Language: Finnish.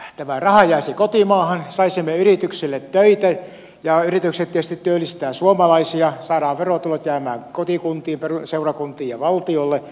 tällöin tämä raha jäisi kotimaahan saisimme yrityksille töitä ja yritykset tietysti työllistäisivät suomalaisia saataisiin verotulot jäämään kotikuntiin seurakuntiin ja valtiolle